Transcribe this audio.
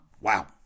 Wow